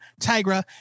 Tigra